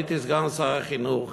הייתי סגן שר החינוך